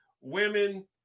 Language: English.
women